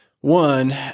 one